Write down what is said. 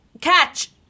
Catch